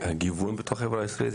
הגיוון בתוך החברה הישראלית?